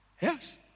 Yes